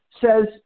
says